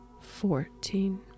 fourteen